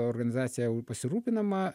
organizacija pasirūpinama